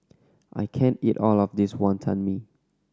I can't eat all of this Wonton Mee